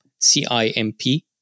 CIMP